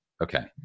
Okay